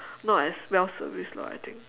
not as well serviced lah I think